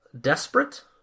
Desperate